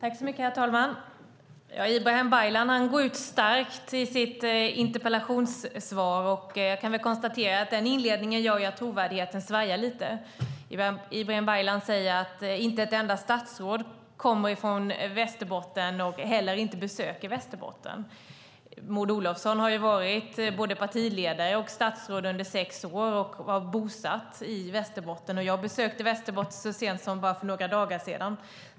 Herr talman! Ibrahim Baylan går ut starkt i sitt anförande. Jag kan konstatera att den inledningen gör att trovärdigheten svajar lite. Ibrahim Baylan säger att inte ett enda statsråd kommer från Västerbotten eller besöker Västerbotten. Maud Olofsson har varit partiledare och under sex år statsråd. Hon var bosatt i Västerbotten. Jag besökte Västerbotten så sent som för några dagar sedan.